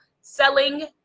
Selling